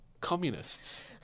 communists